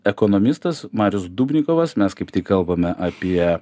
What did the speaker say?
ekonomistas marius dubnikovas mes kaip tik kalbame apie